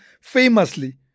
famously